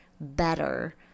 better